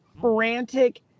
frantic